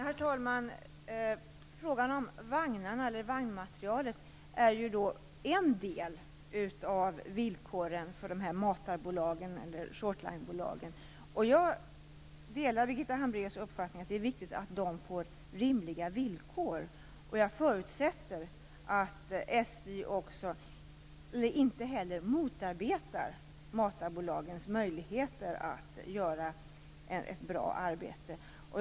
Herr talman! Frågan om vagnmaterielen är en del av villkoren för matarbolagen eller shortline-bolagen. Jag delar Birgitta Hambraeus uppfattning att det är viktigt att de får rimliga villkor. Jag förutsätter att SJ inte motverkar matarbolagens möjligheter att göra ett bra arbete.